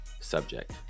subject